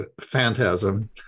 phantasm